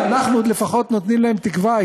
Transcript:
אנחנו עוד לפחות נותנים להם תקווה,